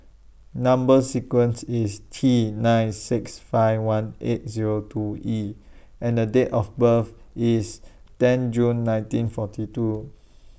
Number sequence IS T nine six five one eight Zero two E and Date of birth IS ten June nineteen forty two